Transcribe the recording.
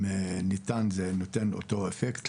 אם ניתן, זה נותן אותו אפקט.